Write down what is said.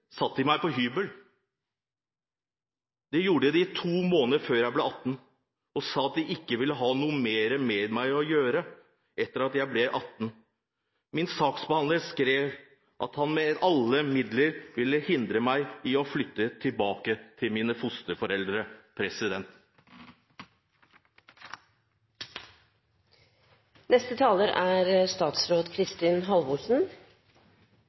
meg på hybel. Det gjorde de 2 måneder før jeg ble 18 og sa at de ikke ville ha noe mer med meg å gjøre etter at jeg ble 18 år. Min saksbehandler skrev at han med alle midler ville hindre meg i å flytte tilbake til mine fosterforeldre.»